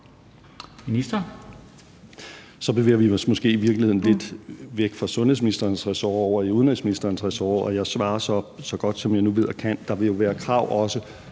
Så bevæger vi os måske i virkeligheden lidt væk fra sundhedsministerens ressort og over i udenrigsministerens ressort, og jeg svarer så, så godt jeg kan. Der vil jo også være krav om